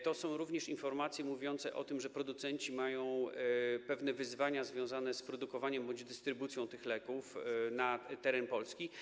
To są również informacje mówiące o tym, że producenci mają pewne wyzwania związane z produkowaniem bądź dystrybucją tych leków na terenie Polski.